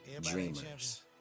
dreamers